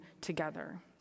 together